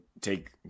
Take